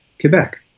Quebec